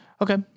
Okay